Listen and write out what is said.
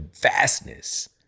vastness